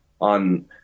on